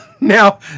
now